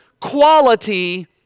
quality